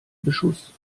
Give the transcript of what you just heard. beschuss